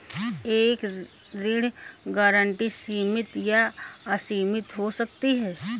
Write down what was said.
एक ऋण गारंटी सीमित या असीमित हो सकती है